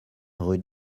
rue